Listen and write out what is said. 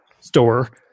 store